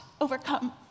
overcome